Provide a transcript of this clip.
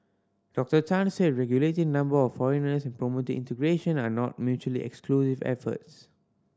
Doctor Tan said regulating number of foreigners and promoting integration are not mutually exclusive efforts